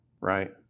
right